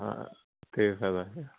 ਹਾਂ ਇਹ ਫਾਇਦਾ ਹੈਗਾ